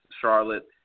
Charlotte